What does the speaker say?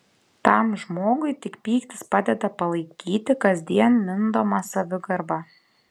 tam žmogui tik pyktis padeda palaikyti kasdien mindomą savigarbą